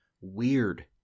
weird